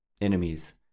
enemies